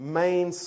main